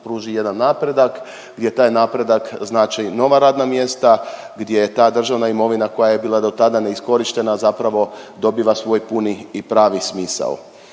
pruži jedan napredak, gdje taj napredak znači nova radna mjesta, gdje ta državna imovina koja bila do tada neiskorištena, zapravo dobiva svoj puni i pravi smisao.